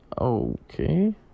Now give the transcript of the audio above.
Okay